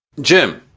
jim,